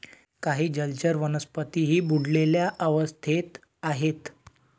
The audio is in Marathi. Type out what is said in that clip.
काही जलचर वनस्पतीही बुडलेल्या अवस्थेत आहेत